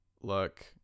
look